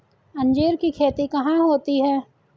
अंजीर की खेती कहाँ होती है?